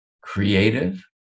creative